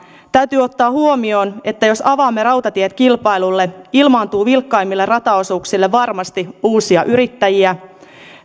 täytyy ottaa huomioon että jos avaamme rautatiet kilpailulle ilmaantuu vilkkaimmille rataosuuksille varmasti uusia yrittäjiä